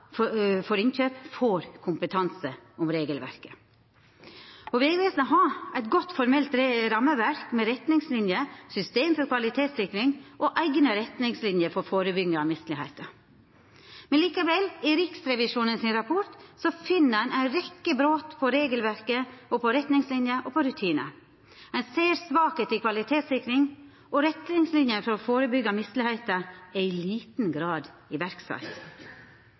for innkjøp, får kompetanse om regelverket. Vegvesenet har eit godt formelt rammeverk, med retningslinjer, system for kvalitetssikring og eigne retningslinjer for førebygging av mislegheiter. Likevel finn ein i Riksrevisjonen sin rapport ei rekkje brot på regelverk, på retningslinjer og på rutinar. Ein ser svakheiter i kvalitetssikring, og retningslinjene for å førebyggja mislegheiter er i liten grad sette i